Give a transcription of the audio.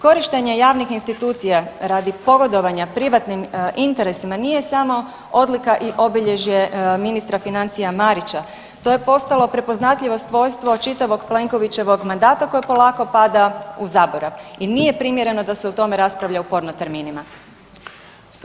Korištenje javnih institucija radi pogodovanja privatnim interesima nije samo odlika i obilježje ministra financija Marića, to je postalo prepoznatljivo svojstvo čitavog Plenkovićevog mandata koje polako pada u zaborav i nije primjerno da se o tome raspravlja u porno terminima.